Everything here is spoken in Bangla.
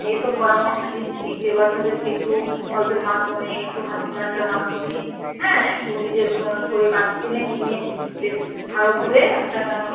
এই সব পরামর্শ দিচ্ছি যে বাচ্চাদেরকে একটু গল্পের মাধ্যমে একটু হাসি ঠাট্টার মাধ্যমে হ্যাঁ একটু নিজের করে কাছে টেনে নিয়ে বেশ ভালো করে একটা